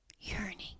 Yearning